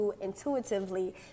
intuitively